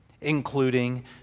Including